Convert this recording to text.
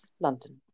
London